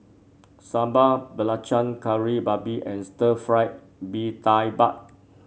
Sambal Belacan Kari Babi and Stir Fry Mee Tai Mak